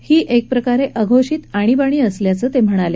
ही एक प्रकारे अघोषित आणिबाणी असल्याचं ते म्हणाले